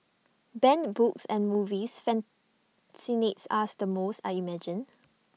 banned books and movies fascinates ask the most I imagine